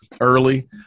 early